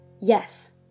Yes